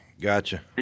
gotcha